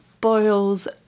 boils